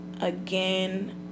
Again